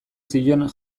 zion